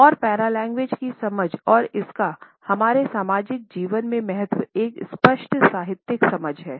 और पैरालेंग्वेज की समझ और इसका हमारे सामाजिक जीवन में महत्व एक स्पष्ट साहित्यिक समझ है